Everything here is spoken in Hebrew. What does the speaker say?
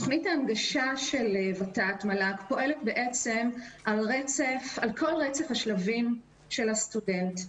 תכנית ההנגשה של ות"ת מל"ג פועלת על כל רצף השלבים של הסטודנט,